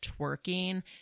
twerking